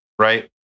right